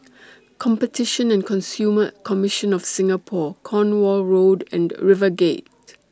Competition and Consumer Commission of Singapore Cornwall Road and RiverGate